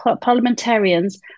parliamentarians